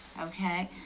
okay